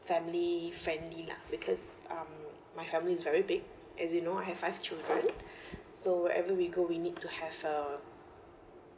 family friendly lah because um my family is very big as you know I have five children so wherever we go we need to have a